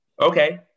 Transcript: Okay